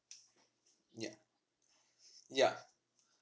ya ya